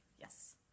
Yes